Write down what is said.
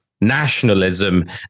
nationalism